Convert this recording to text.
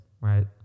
right